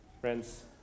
Friends